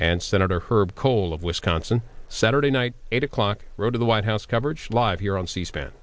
and senator herb kohl of wisconsin saturday night eight o'clock row to the white house coverage live here on c span